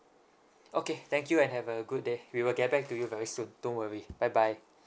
okay thank you and have a good day we will get back to you very soon don't worry bye bye